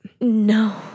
No